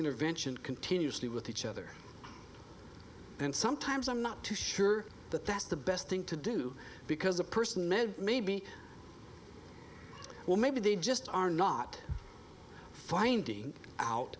intervention continuously with each other and sometimes i'm not too sure that that's the best thing to do because a person may maybe well maybe they just are not finding out